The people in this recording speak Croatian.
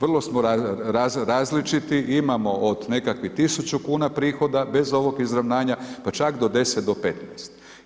Vrlo smo različiti, imamo od nekakvih 1000 kn prihoda, bez ovog izravnanja pa čak do 10 do 15.